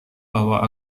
bahwa